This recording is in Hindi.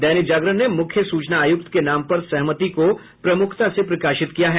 दैनिक जागरण ने मुख्य सूचना आयुक्त के नाम पर सहमति को प्रमुखता से प्रकाशित किया है